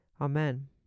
Amen